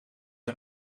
een